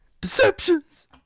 deceptions